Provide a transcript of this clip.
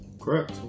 Correct